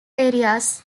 areas